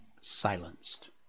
silenced